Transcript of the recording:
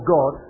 God